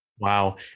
Wow